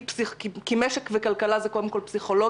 כי משק וכלכלה זה קודם כול פסיכולוגיה,